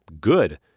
Good